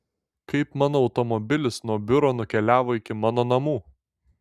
kaip mano automobilis nuo biuro nukeliavo iki mano namų